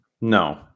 no